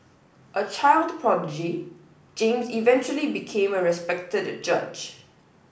a child prodigy James eventually became a respected judge